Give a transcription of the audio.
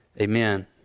Amen